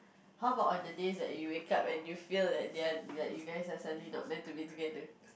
how about on the days that you wake up and you feel like you guys are suddenly not meant to be together